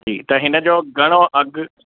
जी त हिनजो घणो अघि